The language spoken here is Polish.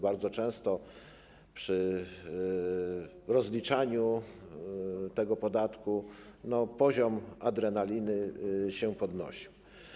Bardzo często przy rozliczaniu tego podatku poziom adrenaliny się podnosił.